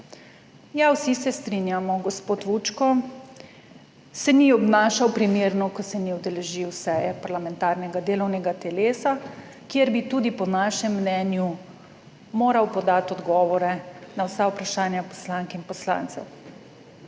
Ja, vsi se strinjamo, gospod Vučko se ni obnašal primerno, ko se ni udeležil seje parlamentarnega delovnega telesa, kjer bi tudi po našem mnenju moral podati odgovore na vsa vprašanja poslank in poslancev.